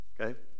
Okay